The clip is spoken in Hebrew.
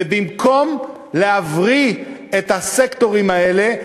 ובמקום להבריא את הסקטורים האלה,